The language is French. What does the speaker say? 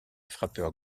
frappeur